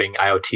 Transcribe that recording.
IoT